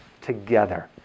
together